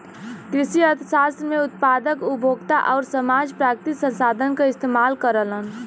कृषि अर्थशास्त्र में उत्पादक, उपभोक्ता आउर समाज प्राकृतिक संसाधन क इस्तेमाल करलन